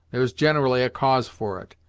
there is generally a cause for it.